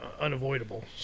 unavoidable